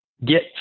get